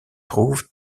trouve